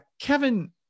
Kevin